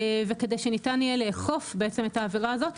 כדי שניתן יהיה לאכוף את העבירה הזאת,